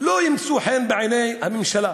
לא ימצאו חן בעיני הממשלה.